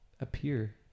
appear